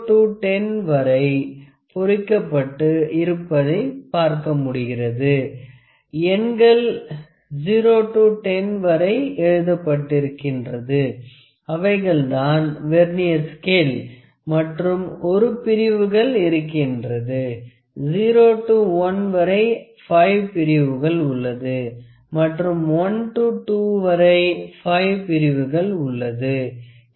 0 to 10 வரை பொறிக்கப்பட்டு இருப்பதைப் பார்க்க முடிகிறது எண்கள் 0 to 10 வரை எழுதப்பட்டிருக்கின்றன அவைகள் தான் வெர்னியர் ஸ்கேல் மற்றும் ஒரு பிரிவுகள் இருக்கின்றது 0 to 1 வரை 5 பிரிவுகள் உள்ளது மற்றும் 1 to 2 வரை 5 பிரிவுகள் உள்ளது